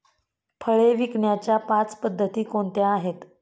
फळे विकण्याच्या पाच पद्धती कोणत्या आहेत?